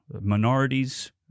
minorities